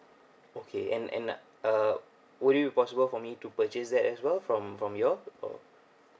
okay and and uh would it be possible for me to purchase that as well from from your or